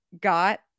got